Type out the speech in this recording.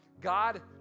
God